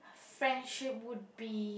friendship would be